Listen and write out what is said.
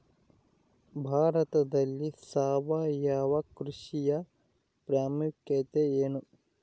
ಭಾರತದಲ್ಲಿ ಸಾವಯವ ಕೃಷಿಯ ಪ್ರಾಮುಖ್ಯತೆ ಎನು?